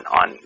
on